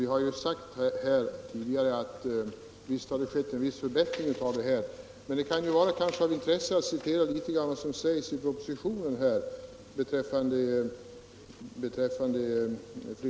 Vi har ju också tidigare sagt att visst har det skett en viss förbättring. Men det kan vara av intresse att citera något av vad som står på s. 81 i propositionen 1975:1 bil.